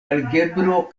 algebro